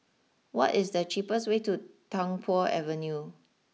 what is the cheapest way to Tung Po Avenue